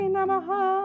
Namaha